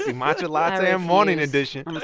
matcha lattes and morning edition